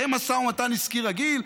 זה משא ומתן עסקי רגיל?